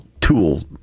tool